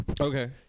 Okay